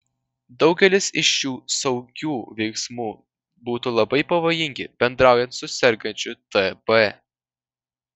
daugelis iš šių saugių veiksmų būtų labai pavojingi bendraujant su sergančiu tb